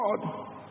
God